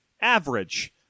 average